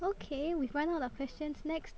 okay we've run out of questions next